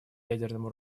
ядерному